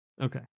Okay